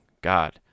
God